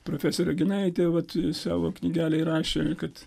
profesorė ginaitė vat savo knygelėj rašė kad